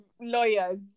lawyers